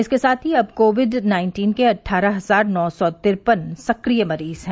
इसके साथ ही अब कोविड नाइन्टीन के अट्ठारह हजार नौ सौ तिरपन सक्रिय मरीज हैं